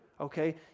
okay